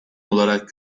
olarak